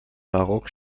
barock